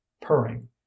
purring